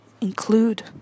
include